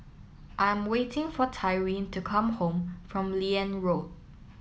I'm waiting for Tyrin to come back from Liane Road